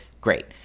great